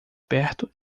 perto